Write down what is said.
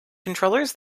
controllers